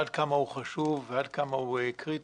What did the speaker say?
עד כמה הוא חשוב ועד כמה הוא קריטי.